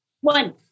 One